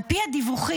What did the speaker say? על פי הדיווחים,